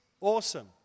Awesome